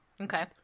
Okay